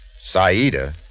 Saida